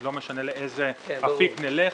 לא משנה לאיזה אפיק נלך,